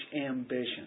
ambition